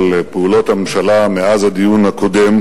בדיון, על פעולות הממשלה מאז הדיון הקודם,